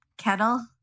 kettle